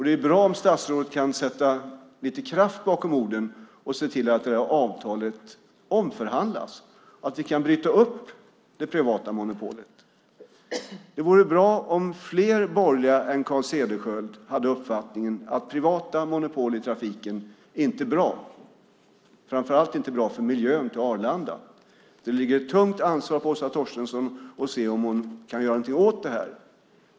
Det är bra om statsrådet kan sätta lite kraft bakom orden och se till att avtalet omförhandlas och att vi kan bryta upp det privata monopolet. Det vore bra om fler borgerliga än Carl Cederschiöld hade uppfattningen att privata monopol i trafiken inte är bra - framför allt inte bra för miljön runt Arlanda. Det ligger ett tungt ansvar på Åsa Torstensson för att se om hon kan göra någonting åt det här.